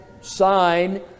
sign